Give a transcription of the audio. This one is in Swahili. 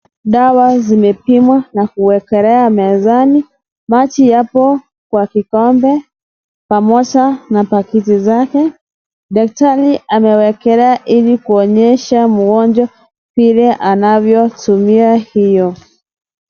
Dawa zimepimwa na kuekelewa mezani, maji yapo kwa kikombe pamoja na pakiti zake. Daktari anawekelea ili kuonyesha mgonjwa vile anavyotumia hiyo.